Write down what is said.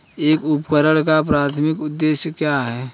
एक उपकरण का प्राथमिक उद्देश्य क्या है?